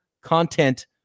content